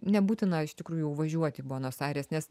nebūtina iš tikrųjų važiuot į buenos aires nes